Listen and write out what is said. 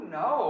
no